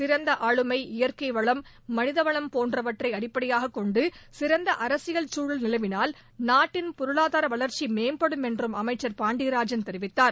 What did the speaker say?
சிறந்த ஆளுமை இயற்கைவளம் மனிதவளம் போன்றவற்றை அடிப்படையாக கொண்டு சிறந்த அரசியல் சூழல் நிலவினால் நாட்டின் பொருளாதார வளா்ச்சி மேம்படும் என்றும் அமைச்சா் பாண்டியராஜன் தெரிவித்தார்